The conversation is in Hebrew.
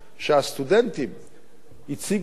שהסטודנטים הציגו,